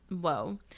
whoa